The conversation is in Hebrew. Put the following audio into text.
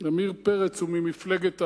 עמיר פרץ הוא ממפלגת העבודה,